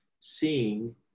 seeing